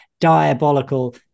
diabolical